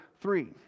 three